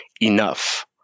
enough